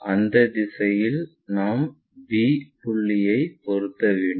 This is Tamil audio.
அந்த திசையில் நாம் B புள்ளியைக் பொருத்த வேண்டும்